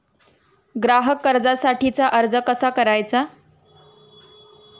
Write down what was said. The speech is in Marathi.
ग्राहक कर्जासाठीचा अर्ज कसा भरायचा?